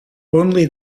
only